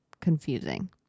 confusing